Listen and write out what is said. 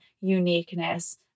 uniqueness